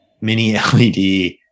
mini-LED